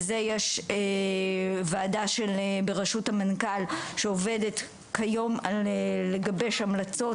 ולזה יש וועדה ברשות המנכ"ל שעובדת כיום על גיבוש המלצות